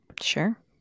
Sure